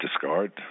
discard